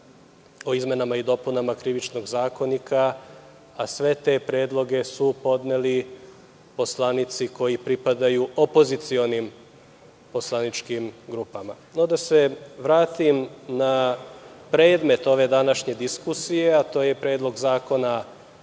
o izmenama i dopunama Krivičnog zakonika, a sve te predloge su podneli poslanici koji pripadaju opozicionim poslaničkim grupama. Da se vratim na predmet ove današnje diskusije, a to je Predlog zakona